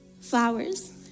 Flowers